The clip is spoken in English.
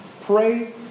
pray